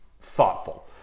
thoughtful